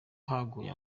haguye